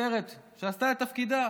שוטרת שעשתה את תפקידה